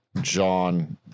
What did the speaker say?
john